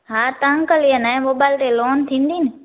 हा त अंकल हीअ नये मोबाइल ते लोन थींदी